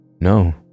No